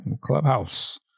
Clubhouse